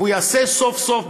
והוא יעשה סוף-סוף,